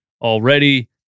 already